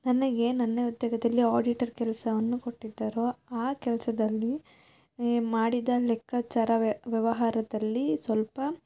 ನನಗೆ ನನ್ನ ಉದ್ಯೋಗದಲ್ಲಿ ಆಡಿಟರ್ ಕೆಲಸವನ್ನು ಕೊಟ್ಟಿದ್ದರು ಆ ಕೆಲಸದಲ್ಲಿ ಏ ಮಾಡಿದ ಲೆಕ್ಕಾಚಾರ ವ್ಯವಹಾರದಲ್ಲಿ ಸ್ವಲ್ಪ